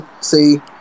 see